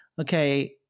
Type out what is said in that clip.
Okay